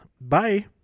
Bye